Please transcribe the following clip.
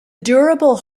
durable